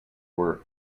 were